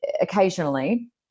occasionally